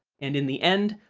and in the end,